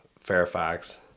Fairfax